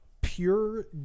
pure